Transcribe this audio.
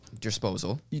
Disposal